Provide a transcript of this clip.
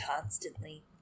constantly